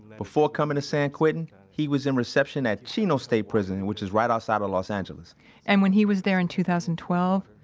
before coming to san quentin, he was in reception at chino state prison, which is right outside of los angeles and when he was there in two thousand and twelve,